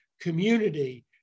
community